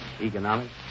Economics